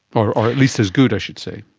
or at least as good, i should say.